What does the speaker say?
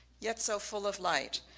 yet so full of light,